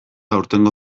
aurtengo